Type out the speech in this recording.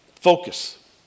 Focus